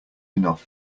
enough